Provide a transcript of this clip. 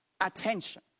attention